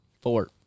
four